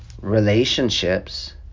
relationships